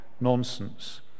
nonsense